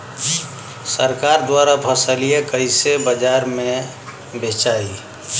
सरकार द्वारा फसलिया कईसे बाजार में बेचाई?